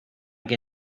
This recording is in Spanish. que